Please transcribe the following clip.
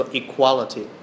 equality